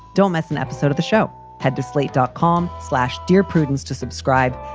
don't miss an episode of the show. head to slate dot com slash. dear prudence to subscribe.